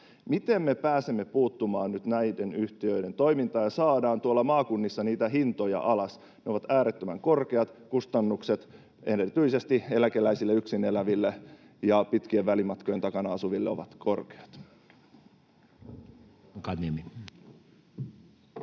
Miten me pääsemme puuttumaan nyt näiden yhtiöiden toimintaan ja saamaan tuolla maakunnissa niitä hintoja alas? Ne ovat äärettömän korkeita kustannuksia, ja erityisesti eläkeläisille, yksin eläville ja pitkien välimatkojen takana asuville ne ovat korkeita.